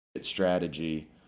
strategy